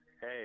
Hey